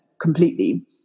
completely